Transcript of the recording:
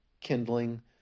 kindling